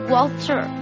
Walter